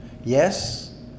Yes